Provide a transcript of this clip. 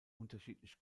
unterschiedlich